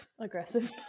aggressive